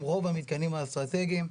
רוב המתקנים האסטרטגיים,